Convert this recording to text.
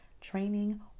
training